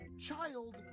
Child